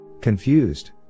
Confused